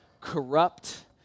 corrupt